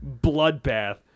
bloodbath